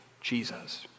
Jesus